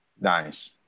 Nice